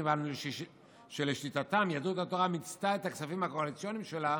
מכיוון שלשיטתם יהדות התורה מיצתה את הכספים הקואליציוניים שלה